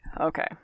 Okay